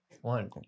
One